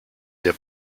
der